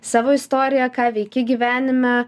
savo istorija ką veiki gyvenime